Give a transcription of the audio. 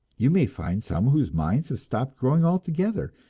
you may find some whose minds have stopped growing altogether,